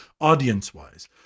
audience-wise